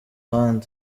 bandi